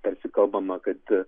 tarsi kalbama kad